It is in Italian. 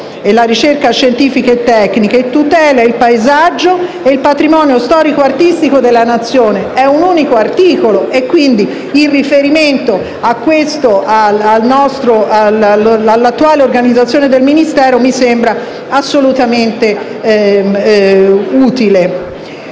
e la ricerca scientifica e tecnica. Tutela il paesaggio e il patrimonio storico e artistico della Nazione». È un unico articolo e, quindi, il riferimento all'attuale organizzazione del Ministero mi sembra assolutamente utile.